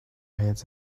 heads